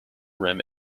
rim